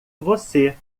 você